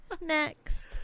Next